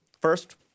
First